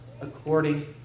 according